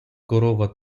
корова